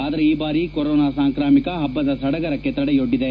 ಆದರೆ ಈ ಬಾರಿ ಕೊರೊನಾ ಸಾಂಕ್ರಾಮಿಕ ಹಬ್ಬದ ಸಡಗರಕ್ಕೆ ತಡೆಯೊಡ್ಡಿದೆ